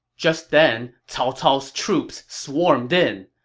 just then, cao cao's troops swarmed in.